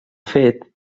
fet